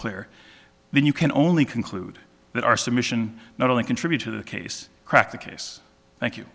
clear then you can only conclude that our submission not only contribute to the case cracked the case thank you